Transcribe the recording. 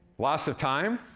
loss of time.